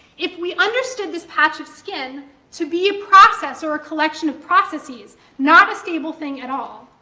if we understood this patch of skin to be a process, or a collection of processes, not a stable thing at all,